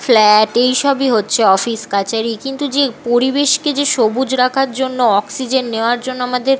flat এই সবই হচ্ছে অফিস কাছারি কিন্তু যে পরিবেশকে যে সবুজ রাখার জন্য অক্সিজেন নেয়ার জন্য আমাদের